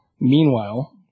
Meanwhile